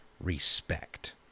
respect